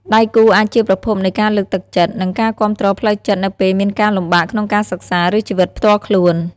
ដៃគូអាចជាប្រភពនៃការលើកទឹកចិត្ត និងការគាំទ្រផ្លូវចិត្តនៅពេលមានការលំបាកក្នុងការសិក្សា ឬជីវិតផ្ទាល់ខ្លួន។